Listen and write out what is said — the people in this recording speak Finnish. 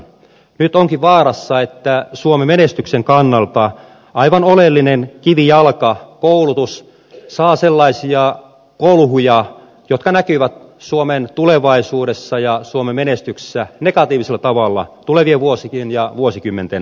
nyt onkin vaarassa että suomen menestyksen kannalta aivan oleellinen kivijalka koulutus saa sellaisia kolhuja jotka näkyvät suomen tulevaisuudessa ja suomen menestyksessä negatiivisella tavalla tulevien vuosien ja vuosikymmenten aikana